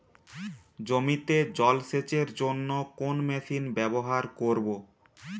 জমিতে জল সেচের জন্য কোন মেশিন ব্যবহার করব?